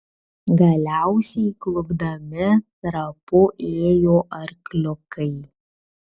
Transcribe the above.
galiausiai klupdami trapu ėjo arkliukai